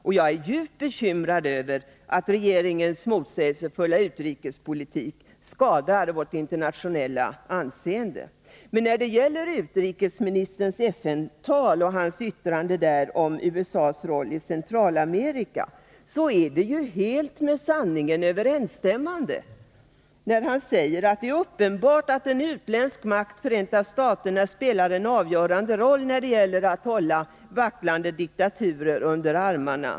Och jag är djupt bekymrad över att regeringens motsägelsefulla utrikespolitik skadar vårt internationella anseende. Men utrikesministerns uttalande i FN-talet om USA:s roll i Centralamerika är ju med sanningen helt överensstämmande. Han säger att det är uppenbart att en utländsk makt, Förenta staterna, spelar en avgörande roll när det gäller att hålla vacklande diktaturer under armarna.